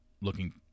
looking